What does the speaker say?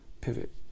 pivot